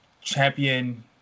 champion